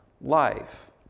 life